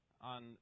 on